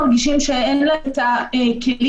המרושעים